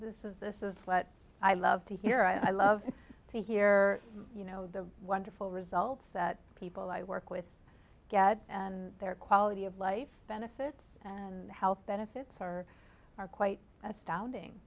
this is this is what i love to hear i love to hear you know the wonderful results that people i work with get and their quality of life benefits and health benefits are are quite astounding